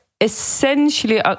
essentially